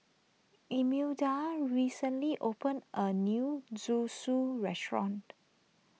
Imelda recently opened a new Zosui restaurant